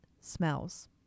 smells